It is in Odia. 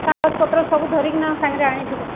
କାଗଜପତ୍ର ସବୁ ଧରିକିନା ଆଉ ସାଙ୍ଗରେ ଆଣିଥିବ